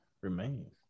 remains